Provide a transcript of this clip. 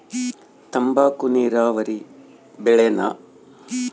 ತಂಬಾಕು ನೇರಾವರಿ ಬೆಳೆನಾ?